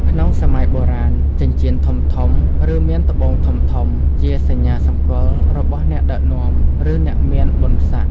ក្នុងសម័យបុរាណ ចិញ្ចៀនធំៗ ឬមានត្បូងធំៗ ជាសញ្ញាសម្គាល់របស់អ្នកដឹកនាំ ឬអ្នកមានបុណ្យស័ក្តិ។